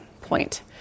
point